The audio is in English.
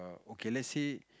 okay let's say